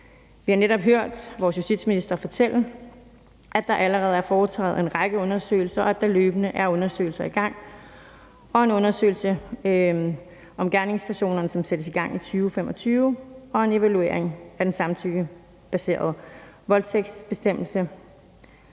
Vi har netop hørt vores justitsminister fortælle, at der allerede er foretaget en række undersøgelser, og at der løbende er undersøgelser i gang, og der er en undersøgelse om gerningspersonerne, som sættes i gang i 2025, og en evaluering af, hvordan den samtykkebaserede voldtægtsbestemmelse